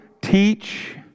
teach